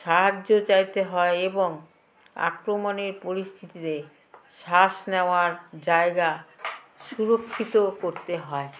সাহায্য চাইতে হয় এবং আক্রমণের পরিস্থিতিতে শ্বাস নেওয়ার জায়গা সুরক্ষিত করতে হয়